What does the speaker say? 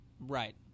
Right